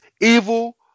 evil